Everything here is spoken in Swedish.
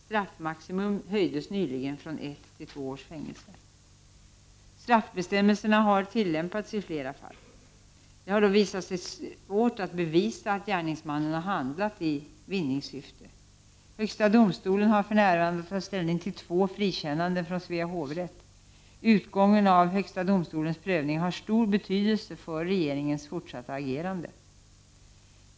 Straffmaximum höjdes nyligen från ett till två års fängelse. Straffbestämmelserna har tillämpats i flera fall. Det har dock visat sig vara svårt att bevisa att gärningsmannen handlat i vinningssyfte. Högsta domstolen har för närvarande att ta ställning till två frikännanden från Svea hovrätt. Utgången av högsta domstolens prövning har stor betydelse för regeringens fortsatta agerande.